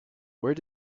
where